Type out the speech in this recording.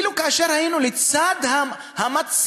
אפילו כאשר היינו לצד המציעים,